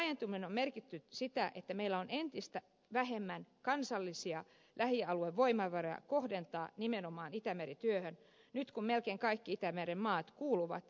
eun laajentuminen on merkinnyt sitä että meillä on entistä vähemmän kansallisia lähialuevoimavaroja kohdentaa nimenomaan itämerityöhön nyt kun melkein kaikki itämeren maat kuuluvat euhun